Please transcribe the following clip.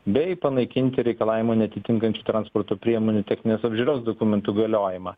bei panaikinti reikalavimo neatitinkančių transporto priemonių techninės apžiūros dokumentų galiojimą